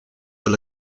dans